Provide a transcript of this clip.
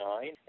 nine